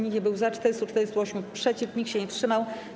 Nikt nie był za, 448 - przeciw, nikt się nie wstrzymał.